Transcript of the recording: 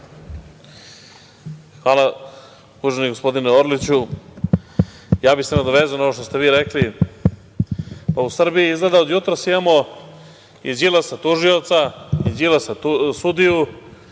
Hvala uvaženi gospodine Orliću. Ja bih se nadovezao na ono što ste vi rekli. U Srbiji izgleda od jutros imamo i Đilasa tužioca, i Đilasa sudiju,